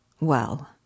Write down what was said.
Well